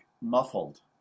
muffled